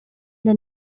the